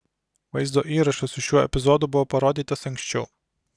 vaizdo įrašas su šiuo epizodu buvo parodytas anksčiau